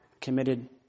committed